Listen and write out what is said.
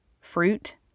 fruit